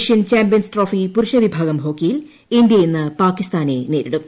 Asian champions trophy പുരുഷവിഭാഗം ഹോക്കിയിൽ India ഇന്ന് പാകിസ്ഥാനെ നേരിടും